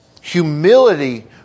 Humility